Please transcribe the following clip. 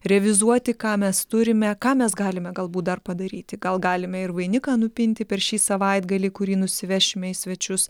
revizuoti ką mes turime ką mes galime galbūt dar padaryti gal galime ir vainiką nupinti per šį savaitgalį kurį nusivešime į svečius